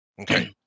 Okay